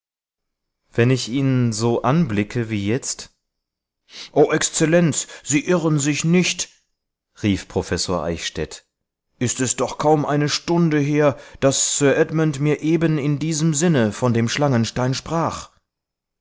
wenn ich ihn so anblicke wie jetzt o exzellenz sie irren sich nicht rief professor eichstädt ist es doch kaum eine stunde her daß sir edmund mir eben in diesem sinne von dem schlangenstein sprach